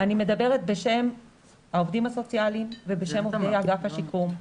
אני מדברת בשם העובדים הסוציאליים ובשם עובדי אגף השיקום,